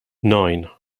nine